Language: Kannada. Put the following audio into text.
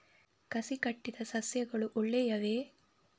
ಕಸಿ ಕಟ್ಟಿದ ಸಸ್ಯಗಳು ಒಳ್ಳೆಯವೇ?